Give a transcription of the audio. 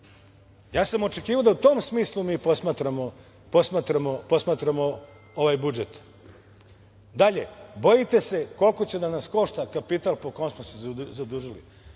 Ja sam očekivao da u tom smislu mi posmatramo ovaj budžet. Dalje, bojite se koliko će da vas košta kapital po kom smo se zadužili.